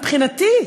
מבחינתי,